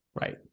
Right